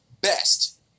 best